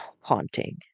haunting